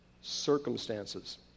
circumstances